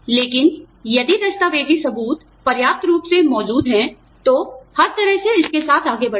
लेकिन यदि दस्तावेजी सबूत पर्याप्त रूप से मजबूत हैं तो हर तरह से इसके साथ आगे बढ़े